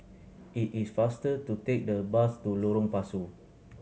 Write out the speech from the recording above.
it is faster to take the bus to Lorong Pasu